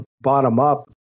bottom-up